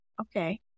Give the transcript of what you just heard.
okay